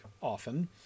often